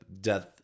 death